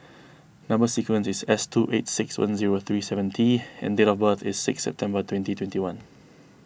Number Sequence is S two eight six one zero three seven T and date of birth is six September twenty twenty one